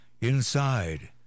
inside